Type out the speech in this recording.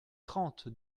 trente